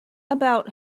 about